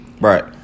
Right